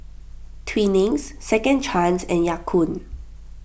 Twinings Second Chance and Ya Kun